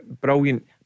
Brilliant